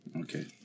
Okay